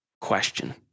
question